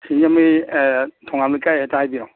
ꯁꯤꯡꯖꯃꯩ ꯑꯦ ꯊꯣꯉꯥꯝ ꯂꯩꯀꯥꯏ ꯍꯦꯛꯇ ꯍꯥꯏꯕꯤꯔꯣ